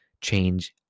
change